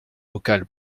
vocale